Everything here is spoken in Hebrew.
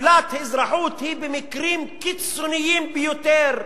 שלילת אזרחות היא במקרים קיצוניים ביותר,